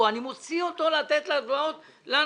אני מוציא אותו כדי לתת אותו הלוואות לאנשים